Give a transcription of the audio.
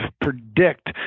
predict